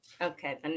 okay